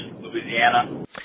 Louisiana